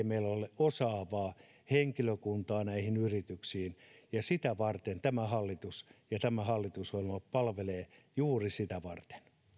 meillä ole osaavaa henkilökuntaa näihin yrityksiin ja tämä hallitus ja tämä hallitusohjelma palvelee juuri sitä varten